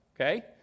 Okay